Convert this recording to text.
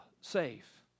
safe